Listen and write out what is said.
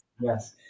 Yes